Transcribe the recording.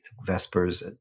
vespers